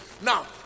Now